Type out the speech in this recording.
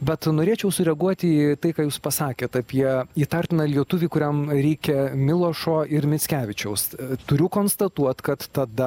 bet norėčiau sureaguoti į tai ką jūs pasakėte apie įtartiną lietuvį kuriam reikia milošo ir mickevičiaus turiu konstatuot kad tada